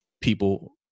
people